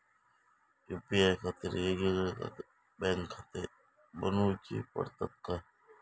UPI खातीर येगयेगळे बँकखाते बनऊची पडतात काय?